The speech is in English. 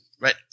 right